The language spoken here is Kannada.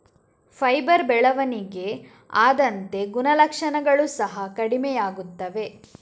ಫೈಬರ್ ಬೆಳವಣಿಗೆ ಆದಂತೆ ಗುಣಲಕ್ಷಣಗಳು ಸಹ ಕಡಿಮೆಯಾಗುತ್ತವೆ